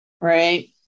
Right